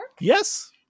Yes